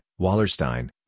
Wallerstein